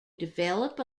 develop